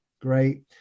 great